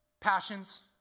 passions